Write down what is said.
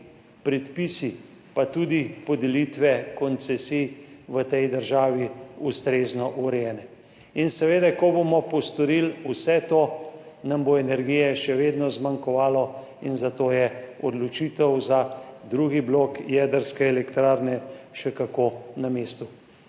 predpisi pa tudi podelitve koncesij v tej državi ustrezno urejeni. Ko bomo postorili vse to, nam bo energije še vedno zmanjkovalo, zato je odločitev za drugi blok jedrske elektrarne še kako na mestu.